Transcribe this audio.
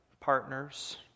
partners